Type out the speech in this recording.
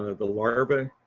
the larvae.